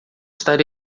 estar